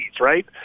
right